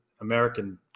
American